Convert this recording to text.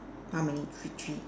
how many three three